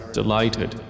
delighted